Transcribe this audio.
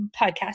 podcast